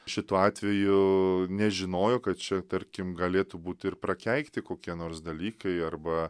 šituo atveju nežinojo kad čia tarkim galėtų būti ir prakeikti kokie nors dalykai arba